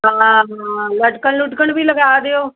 ਹਾਂ ਹਾਂ ਲਟਕਣ ਲੁਟਕਣ ਵੀ ਲਗਾ ਦਿਉ